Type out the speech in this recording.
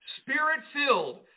spirit-filled